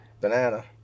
Banana